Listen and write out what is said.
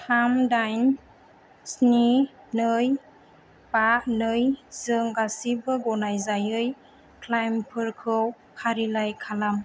थाम दाइन स्नि नै बा नैजों गासिबो गनायजायै क्लेइमफोरखौ फारिलाइ खालाम